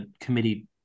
committee